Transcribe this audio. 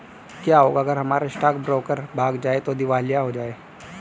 क्या होगा अगर हमारा स्टॉक ब्रोकर भाग जाए या दिवालिया हो जाये?